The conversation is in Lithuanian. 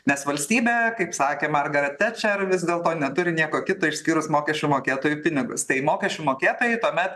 nes valstybė kaip sakė margaret thatcher vis dėlto neturi nieko kito išskyrus mokesčių mokėtojų pinigus tai mokesčių mokėtojai tuomet